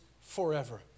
forever